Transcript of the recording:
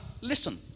listen